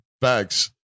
Facts